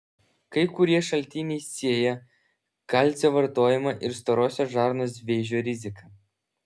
kai kurie šaltiniai sieja kalcio vartojimą ir storosios žarnos vėžio riziką